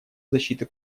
защиты